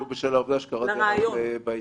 ולו בשל העובדה שקראת על זה בעיתון.